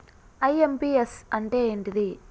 IMPS అంటే ఏంటిది?